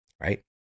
right